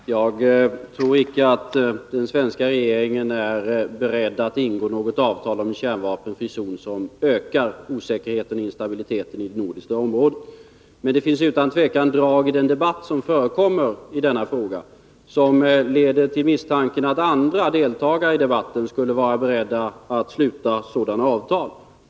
Fru talman! Jag tror icke att den svenska regeringen är beredd att ingå något avtal om kärnvapenfri zon som ökar osäkerheten och instabiliteten i det nordiska området. Men det finns utan tvivel drag i den debatt som förekommer i denna fråga som leder till misstanken att andra deltagare i debatten skulle vara beredda att sluta sådana avtal.